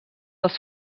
els